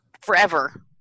forever